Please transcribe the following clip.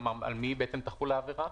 על מי בעצם תחול העבירה?